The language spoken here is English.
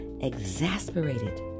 exasperated